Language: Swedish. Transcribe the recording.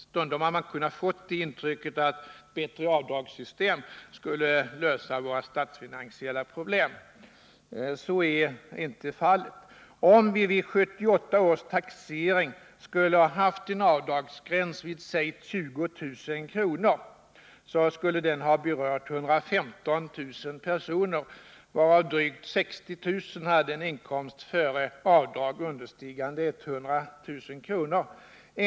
Stundom har man kunnat få intrycket att ett bättre avdragssystem skulle kunna lösa våra statsfinansiella problem. Så är inte fallet. Om vi vid exempelvis 1978 års taxering skulle ha haft en avdragsgräns vid t.ex. 20000 kr., skulle den ha berört 115 000 personer, varav drygt 63000 personer hade en inkomst understigande 100 000 kr. före avdrag.